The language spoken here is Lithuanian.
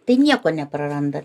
tai nieko neprarandat